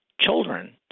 children